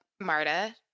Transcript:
Marta